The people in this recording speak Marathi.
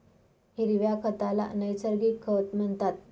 हिरव्या खताला नैसर्गिक खत म्हणतात